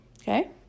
okay